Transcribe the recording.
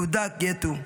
יהודה גטו,